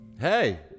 Hey